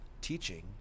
teaching